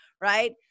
right